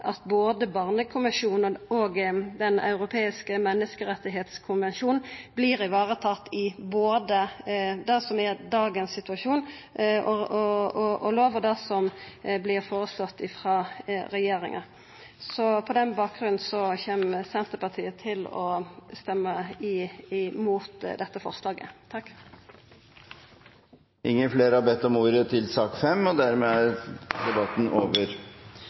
at både barnekonvensjonen og Den europeiske menneskerettskonvensjonen vert varetatt i både det som er dagens situasjon og lov, og det som vert foreslått av regjeringa. På denne bakgrunnen kjem Senterpartiet til å røysta imot dette forslaget. Flere har ikke bedt om ordet til sak nr. 5. Etter ønske fra familie- og